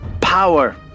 power